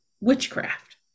witchcraft